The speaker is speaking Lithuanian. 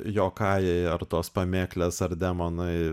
jokajai ar tos pamėklės ar demonai